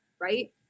right